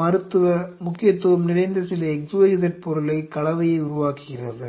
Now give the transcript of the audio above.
மருத்துவ முக்கியத்துவம் நிறைந்த சில xyz பொருளை கலவையை உருவாக்குகிறது